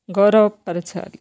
గౌరవ పరచాలి